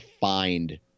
find